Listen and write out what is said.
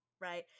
right